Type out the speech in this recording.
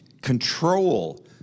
control